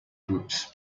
groups